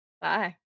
Bye